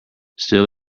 still